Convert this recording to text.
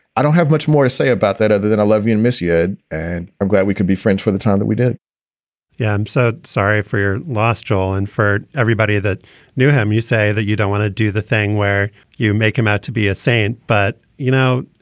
i don't have much more to say about that other than i love you and miss yeah and i'm glad we could be friends for the time that we did yeah. i'm so sorry for your loss, joel. and for everybody that knew him, you say that you don't want to do the thing where you make him out to be a saint. but, you know,